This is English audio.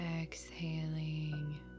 exhaling